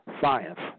science